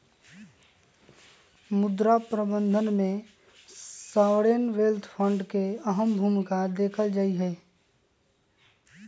मुद्रा प्रबन्धन में सॉवरेन वेल्थ फंड के अहम भूमिका देखल जाहई